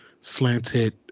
slanted